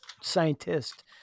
scientist